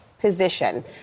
position